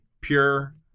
pure